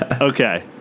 Okay